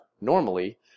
normally